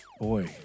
boy